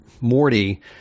Morty –